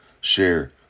share